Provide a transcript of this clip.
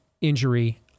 injury